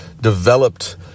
developed